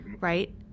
right